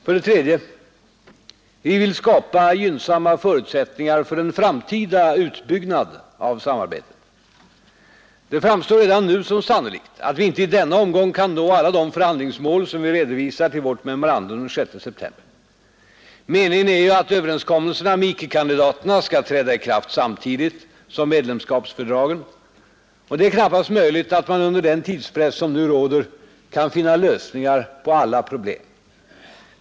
För det tredje: Vi vill skapa gynnsamma förutsättningar för en framtida utbyggnad av samarbetet. Det framstår redan nu som sannolikt att vi inte i denna omgång kan nå alla de förhandlingsmål som vi redovisat i vårt memorandum den 6 september. Meningen är ju att överenskommelserna med icke-kandidaterna skall träda i kraft samtidigt som medlemskapsfördragen och det är knappast möjligt att man under den tidspress som nu råder kan finna lösningar på alla problem.